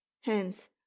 hence